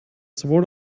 sowohl